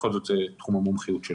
בכל זאת זה תחום המומחיות שלו.